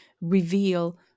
reveal